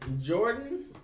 Jordan